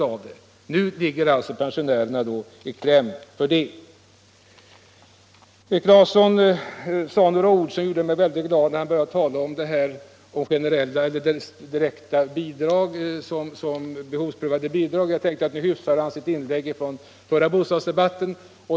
Herr Claeson sade några ord som gjorde mig väldigt glad när han började tala om generella eller behovsprövade bidrag. Jag tänkte att nu hyfsar han sitt inlägg från förra bostadsdebatten.